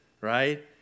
Right